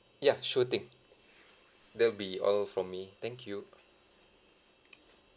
ya sure thing that will be all from me thank you